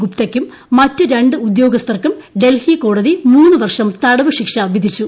ഗുപ്തയ്ക്കും മറ്റ് രണ്ട് ഉദ്യോഗസ്ഥർക്കും ഡൽഹി കോടതി മൂന്നു വർഷം തടവ് ശിക്ഷ വിധിച്ചു